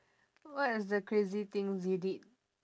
what is the crazy things you did